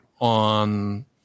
on